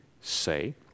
say